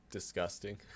Disgusting